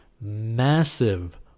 massive